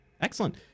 Excellent